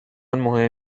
مهم